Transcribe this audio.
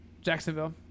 jacksonville